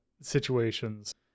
situations